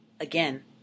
Again